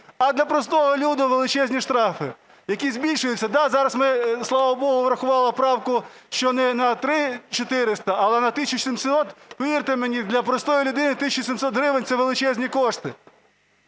а для простого люду – величезні штрафи, які збільшуються. Так, зараз ми, слава Богу, врахували правку, що не на 3 тисячі 400, але на 1 тисячу 700. Повірте мені, для простої людини 1 тисяча 700 гривень – це величезні кошти.